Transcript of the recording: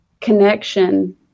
connection